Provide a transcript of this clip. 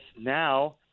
now